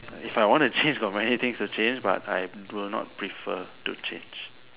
if I want to change got many things to change but I do not prefer to change